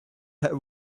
have